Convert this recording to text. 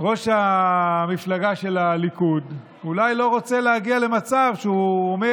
ראש המפלגה של הליכוד אולי לא רוצה להגיע למצב שהוא אומר: